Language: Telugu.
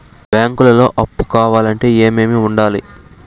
బ్యాంకులో అప్పు కావాలంటే ఏమేమి ఉండాలి?